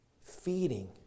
feeding